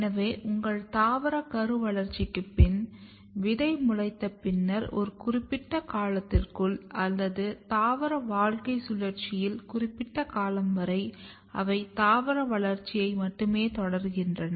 எனவே உங்கள் தாவர கரு வளர்ச்சிக்கு பின் விதை முளைத்த பின்னர் ஒரு குறிப்பிட்ட காலத்திற்குள் அல்லது தாவர வாழ்க்கைச் சுழற்சியில் குறிப்பிட்ட காலம் வரை அவை தாவர வளர்ச்சியை மட்டுமே தொடர்கின்றன